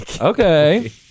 Okay